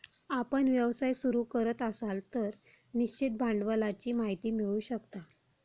आपण व्यवसाय सुरू करत असाल तर निश्चित भांडवलाची माहिती मिळवू शकता